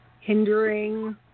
hindering